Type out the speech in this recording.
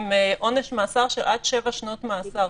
עם עונש מאסר של עד שבע שנות מאסר.